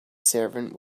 servant